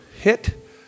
hit